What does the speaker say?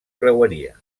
creueria